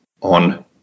on